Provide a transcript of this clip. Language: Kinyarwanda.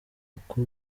uko